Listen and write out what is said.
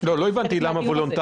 לא הבנתי למה זה וולונטרי?